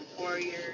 Warriors